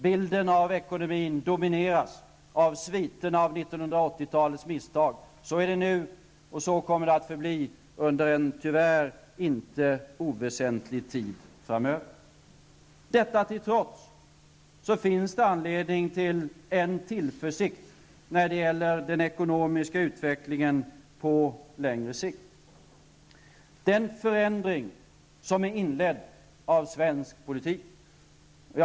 Bilden av ekonomin domineras av sviterna av 1980-talets misstag. Så är det nu och så kommer det att förbli under en tyvärr inte oväsentlig tid framöver. Detta till trots finns det anledning till en tillförsikt när det gäller den ekonomiska utvecklingen på längre sikt. En förändring av svensk politik är inledd.